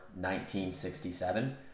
1967